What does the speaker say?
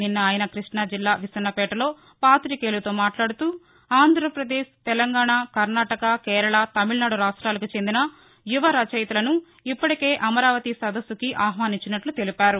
నిన్న ఆయన కృష్ణా జిల్లా విస్సన్నపేటలో పాతికేయులతో మాట్లాడుతూ ఆంధ్రప్రదేశ్ తెలంగాణ కర్ణాటక కేరళ తమిళనాడు రాష్ట్రాలకు చెందిన యువ రచయితలను ఇప్పటికే అవవరావతి సదస్సుకి ఆహ్వానించినట్లు తెలిపారు